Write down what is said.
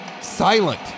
silent